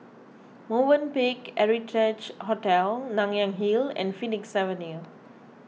Movenpick Heritage Hotel Nanyang Hill and Phoenix Avenue